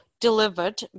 delivered